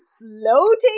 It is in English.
floating